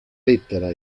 lettera